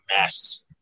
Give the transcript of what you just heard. mess